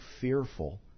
fearful